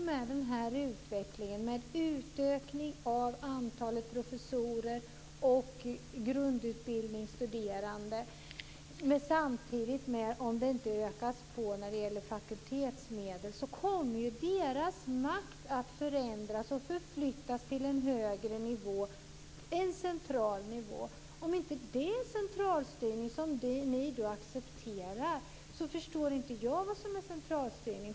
Med den här utvecklingen med utökning av antalet professorer och grundutbildningsstuderande, och om fakultetsmedlen inte samtidigt ökas, så kommer deras makt att förändras och förflyttas till en högre nivå - en central nivå. Om inte det är en centralstyrning som ni accepterar, så förstår inte jag vad som är centralstyrning.